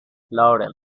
laurel